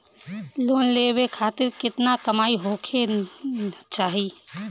Loan लेवे खातिर केतना कमाई होखे के चाही?